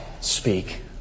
Speak